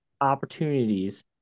opportunities